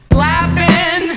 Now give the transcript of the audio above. Clapping